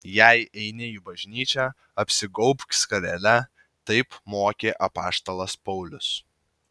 jei eini į bažnyčią apsigaubk skarele taip mokė apaštalas paulius